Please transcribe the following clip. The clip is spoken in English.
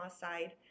side